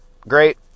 Great